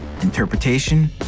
Interpretation